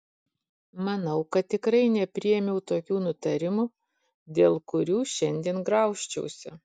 manau kad tikrai nepriėmiau tokių nutarimų dėl kurių šiandien graužčiausi